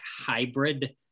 hybrid